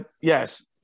Yes